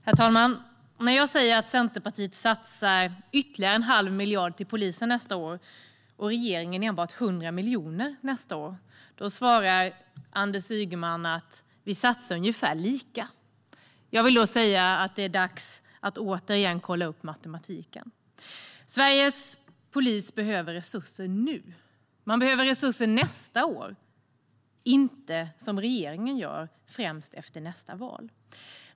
Herr talman! När jag säger att Centerpartiet satsar ytterligare en halv miljard på polisen nästa år och regeringen enbart 100 miljoner svarar Anders Ygeman att vi satsar ungefär lika mycket. Då är det dags att återigen kolla upp matematiken! Sveriges polis behöver resurser nu. Man behöver resurser nästa år och inte, som regeringen föreslår, främst efter nästa val.